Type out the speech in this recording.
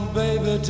baby